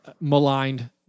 maligned